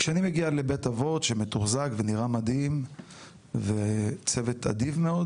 כשאני מגיע לבית אבות שמתוחזק ונראה מדהים וצוות אדיב מאוד,